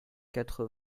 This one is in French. quatre